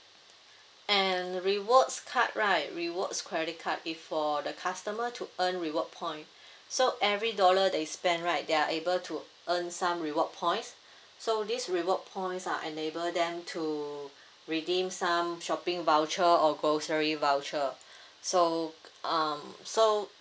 and rewards card right rewards credit card if for the customer to earn reward point so every dollar they spend right they are able to earn some reward points so this reward points uh enable them to redeem some shopping voucher or grocery voucher so um so